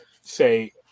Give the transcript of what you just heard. say